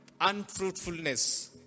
unfruitfulness